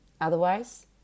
Otherwise